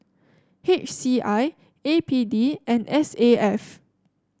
H C I A P D and S A F